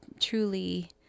truly